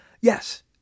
yes